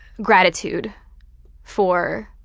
gratitude for